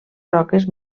roques